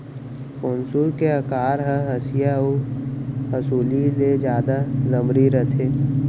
पौंसुल के अकार ह हँसिया अउ हँसुली ले जादा लमरी रथे